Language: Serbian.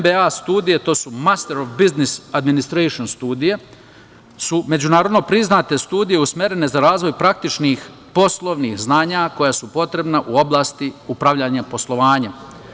Dakle, MBA studije su "Master of Business Administration" studije i međunarodno su priznate studije, usmerene za razvoj praktičnih poslovnih znanja koja su potrebna u oblasti upravljanja poslovanjem.